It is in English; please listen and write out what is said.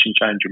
change